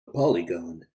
polygon